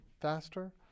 faster